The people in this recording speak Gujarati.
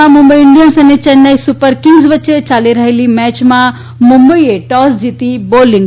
માં મુંબઇ ઇન્ડિયન્સ અને ચેન્નાઇ સુપર કિંગ્સ વચ્ચે ચાલી રહેલી મેચમાં મુંબઇએ ટોસ જીતી બોલિંગ પસંદ કરી